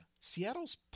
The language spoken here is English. Seattle's